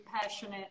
passionate